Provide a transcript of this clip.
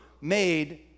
made